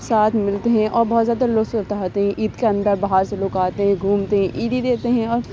ساتھ ملتے ہیں اور بہت زیادہ لطف اٹھاتے ہیں عید کے اندر باہر سے لوگ آتے ہیں گھومتے ہیں عیدی دیتے ہیں اور